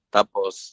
Tapos